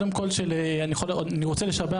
אני רוצה לשבח,